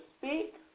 speak